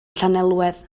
llanelwedd